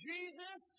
Jesus